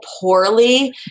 poorly